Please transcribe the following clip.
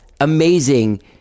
amazing